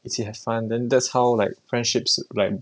一起 have fun then that's how like friendships like